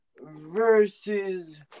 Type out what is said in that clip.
versus